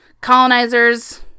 Colonizers